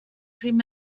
fellow